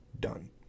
Done